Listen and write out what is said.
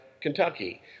Kentucky